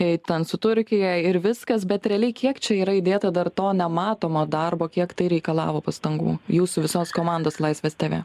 ir ten su turkija ir viskas bet realiai kiek čia yra įdėta dar to nematomo darbo kiek tai reikalavo pastangų jūsų visos komandos laisvės teve